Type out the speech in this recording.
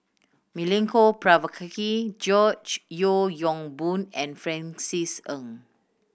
Milenko Prvacki George Yeo Yong Boon and Francis Ng